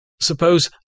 Suppose